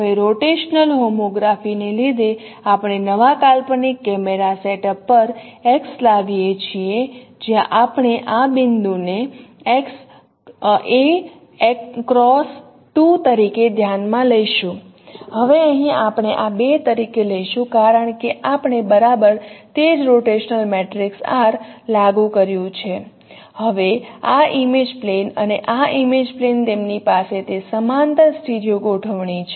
હવે rotational homography ને લીધે આપણે નવા કાલ્પનિક કેમેરા સેટઅપ પર x લાવીએ છીએ જ્યાં આપણે આ બિંદુ ને a x 2 તરીકે ધ્યાનમાં લઈશું હવે અહીં આપણે આ 2 તરીકે લઈશું કારણ કે આપણે બરાબર તે જ રોટેશનલ મેટ્રિક્સ R લાગુ કર્યું છે હવે આ ઇમેજ પ્લેન અને આ ઇમેજ પ્લેન તેમની પાસે તે સમાંતર સ્ટીરિઓ ગોઠવણી છે